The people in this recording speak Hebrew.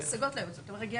היו השגות לייעוץ.